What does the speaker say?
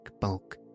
bulk